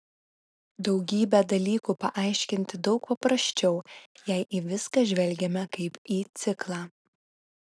daugybę dalykų paaiškinti daug paprasčiau jei į viską žvelgiame kaip į ciklą